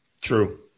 True